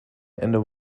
and